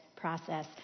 process